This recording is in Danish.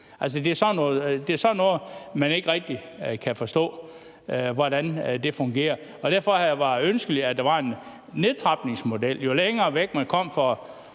det er sådan noget, som man ikke rigtig kan forstå hvordan fungerer, og derfor var det jo ønskeligt, at der var en nedtrapningsplan, altså at jo længere væk man kom fra